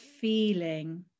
feeling